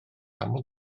aml